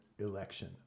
election